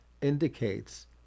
indicates